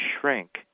shrink